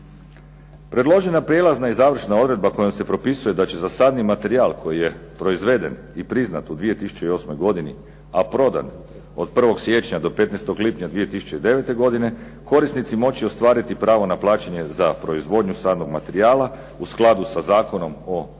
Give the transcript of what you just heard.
Predložena prijelazna i završna odredba kojom se propisuje da će za sadni materijal koji je proizveden i priznat u 2008. godini a prodan od 1. siječnja do 15. lipnja 2009. godine korisnici moći ostvariti pravo na plaćanje za proizvodnju sadnog materijala u skladu sa Zakonom o državnoj